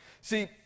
See